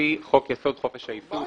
לפי חוק-יסוד: חופש העיסוק,